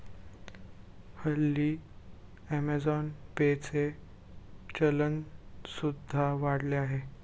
हल्ली Amazon Pay चे चलन सुद्धा वाढले आहे